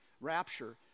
rapture